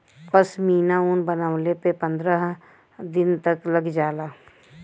पश्मीना ऊन बनवले में पनरह दिन तक लग जाला